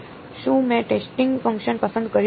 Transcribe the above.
શું મેં testing function પસંદ કર્યું